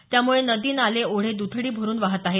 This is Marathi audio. त्यामुळे नदी नाले ओढे दुथडी भरुन वाहत आहेत